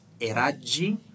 Eraggi